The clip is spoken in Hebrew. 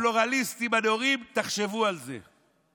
אתם, הפלורליסטים הנאורים, אתם, תחשבו על זה.